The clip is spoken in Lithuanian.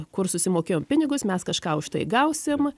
kur susimokėjom pinigus mes kažką už tai gausim